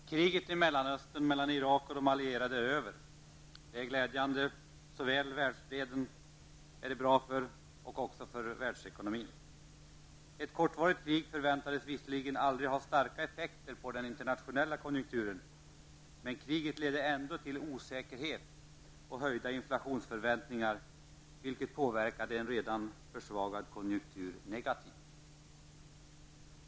Herr talman! Kriget i Mellanöstern mellan Irak och de allierade är över. Det är glädjande för såväl världsfreden som världsekonomin. Ett kortvariktigt krig förväntades visserligen aldrig ha starka effekter på den internationella konjunkturen, men kriget ledde ändå till osäkerhet och höjda inflationsförväntningar, vilket påverkade en redan försvagad konjunktur negativt.